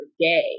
gay